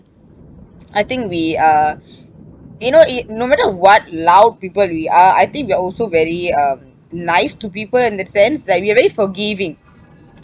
I think we are you know it no matter what loud people we are I think we are also very um nice to people in the sense like we are very forgiving